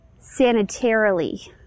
sanitarily